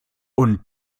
und